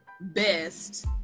best